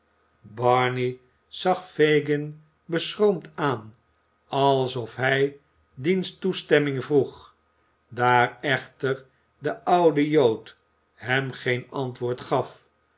barney zag fagin beschroomd aan alsof hij diens toestemming vroeg daar echter de oude jood hem geen antwoord gaf